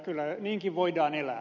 kyllä niinkin voidaan elää